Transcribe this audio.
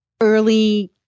early